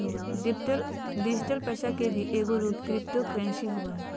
digital पैसा के ही एगो रूप क्रिप्टो करेंसी होवो हइ